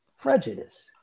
prejudice